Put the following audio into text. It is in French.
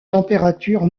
température